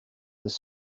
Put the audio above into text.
this